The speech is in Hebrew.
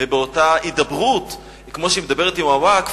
ובאותה הידברות כמו שהיא מדברת עם הווקף,